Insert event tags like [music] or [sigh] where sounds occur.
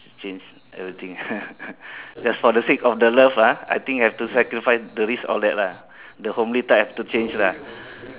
change everything [laughs] just for the sake of the love ah I think have to sacrifice the risk all that lah the homely type have to change lah